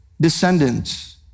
descendants